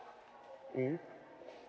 mmhmm